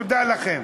תודה לכם.